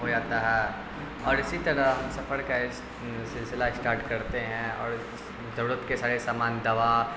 ہو جاتا ہے اور اسی طرح ہم سفر کا سلسلہ اسٹارٹ کرتے ہیں اور ضرورت کے سارے سامان دوا